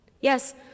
Yes